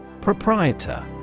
Proprietor